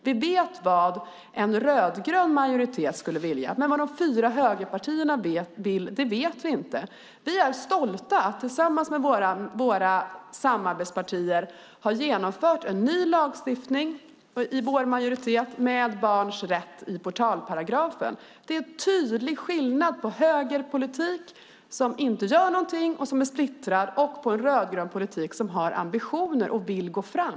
Vi vet vad en rödgrön majoritet skulle vilja, men vad de fyra högerpartierna vill vet vi inte. Vi är stolta över att vi tillsammans med våra samarbetspartier har genomfört en ny lagstiftning i vår majoritet med barns rätt i portalparagrafen. Det är en tydlig skillnad mellan högerpolitik, där man inte gör någonting och där man är splittrad, och rödgrön politik, där man har ambitioner och vill gå fram.